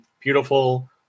beautiful